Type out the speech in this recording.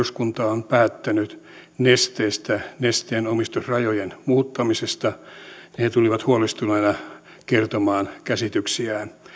eduskunta on päättänyt nesteestä nesteen omistusrajojen muuttamisesta niin he tulivat huolestuneina kertomaan käsityksiään